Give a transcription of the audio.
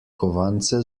kovance